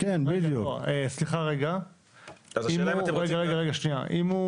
אם הוא